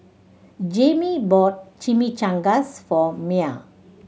Jamey bought Chimichangas for Myah